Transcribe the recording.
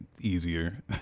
easier